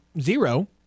zero